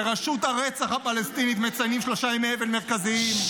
ברשות הרצח הפלסטינית מציינים שלושה ימי אבל מרכזיים.